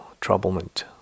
troublement